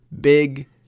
Big